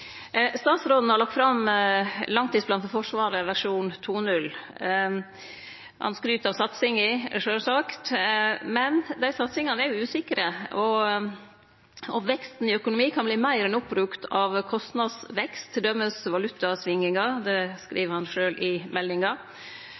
Statsråden har lagt fram langtidsplan for Forsvaret, versjon 2.0. Han skryter av satsinga, sjølvsagt, men satsingane er jo usikre, og veksten i økonomi kan verte meir enn oppbrukt av kostnadsvekst, t.d. valutasvingingar – det